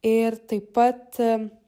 ir taip pat